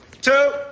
two